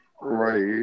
Right